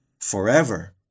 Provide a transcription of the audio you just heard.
forever